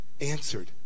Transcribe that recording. answered